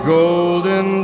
golden